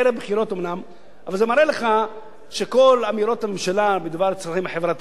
אבל זה מראה לך שכל אמירות הממשלה בדבר צרכים חברתיים הן אמירות שווא.